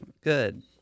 Good